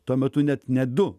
tuo metu net ne du